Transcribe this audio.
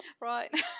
right